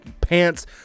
pants